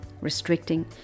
restricting